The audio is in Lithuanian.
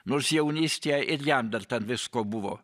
nors jaunystėje ir jam dar ten visko buvo